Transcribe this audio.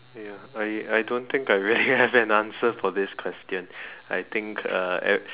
ya I I don't think I really have an answer for this question I think (uh_ at